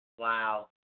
Wow